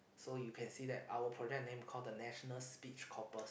so you can see that our project name call the national speech corpus